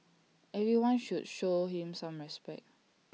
everyone should show him some respect